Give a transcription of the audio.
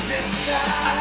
inside